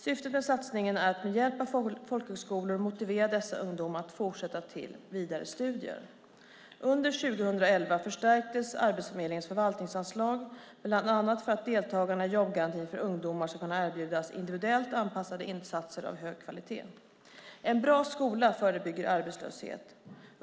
Syftet med satsningen är att med hjälp av folkhögskolor motivera dessa ungdomar att fortsätta till vidare studier. Under 2011 förstärktes Arbetsförmedlingens förvaltningsanslag, bland annat för att deltagarna i jobbgarantin för ungdomar ska kunna erbjudas individuellt anpassade insatser av hög kvalitet. En bra skola förebygger arbetslöshet.